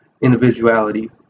individuality